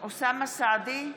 אוסאמה סעדי,